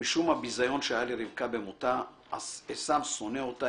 משום הביזיון שהיה לרבקה במותה עשו שונא אותה,